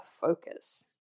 focus